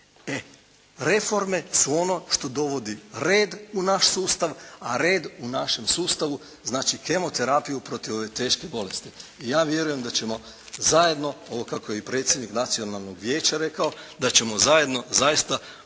E reforme su ono što dovodi red u naš sustav, a red u našem sustavu znači kemoterapiju protiv ove teške bolesti. I ja vjerujem da ćemo zajedno ovo kako je i predsjednik Nacionalnog vijeća rekao da ćemo zajedno zaista polučiti